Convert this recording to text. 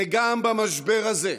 וגם במשבר הזה,